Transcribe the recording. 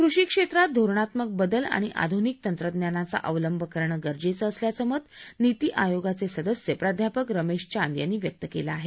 कृषी क्षेत्रात धोरणात्मक बदल आणि अधुनिक तंत्रज्ञानाचा अवलंब करणं गरजेचं असल्याचं मत नीती आयोगाचे सदस्य प्राध्यापक रमेश चांद यांनी व्यक्त केलं आहे